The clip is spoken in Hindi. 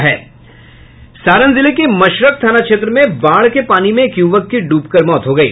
सारण जिले के मशरक थाना क्षेत्र में बाढ़ के पानी में एक युवक की ड्रबकर मौत हो गयी